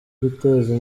guteza